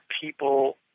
people